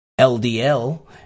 LDL